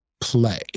play